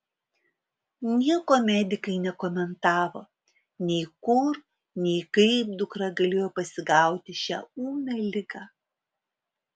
nieko medikai nekomentavo nei kur nei kaip dukra galėjo pasigauti šią ūmią ligą